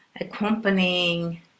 accompanying